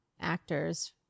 Actors